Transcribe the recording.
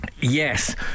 yes